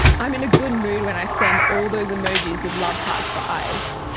i'm in a good mood when i send all those emojis with love hearts for eyes,